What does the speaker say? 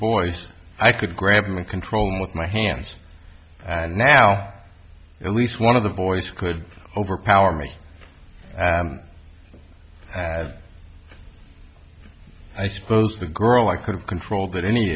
boys i could grab them and control them with my hands and now at least one of the boys could overpower me as i suppose the girl i could have controlled at any